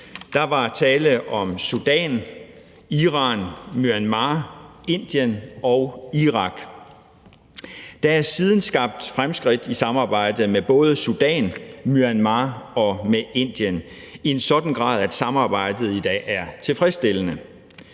Der var tale om Sudan, Iran, Myanmar, Indien og Irak. Der er siden skabt fremskridt i samarbejdet med både Sudan, Myanmar og med Indien i en sådan grad, at samarbejdet i dag er tilfredsstillende.